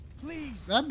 Please